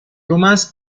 romance